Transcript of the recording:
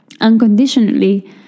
unconditionally